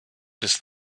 bis